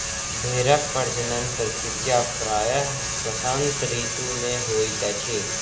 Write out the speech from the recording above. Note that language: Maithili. भेड़क प्रजनन प्रक्रिया प्रायः वसंत ऋतू मे होइत अछि